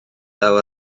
law